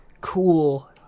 cool